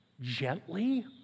gently